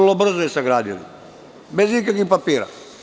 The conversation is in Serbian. Vrlo brzo je sagradili, bez ikakvih papira.